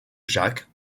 jacques